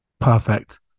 perfect